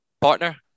partner